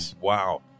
wow